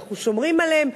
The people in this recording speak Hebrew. אנחנו שומרים עליהם,